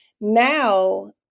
Now